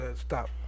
stop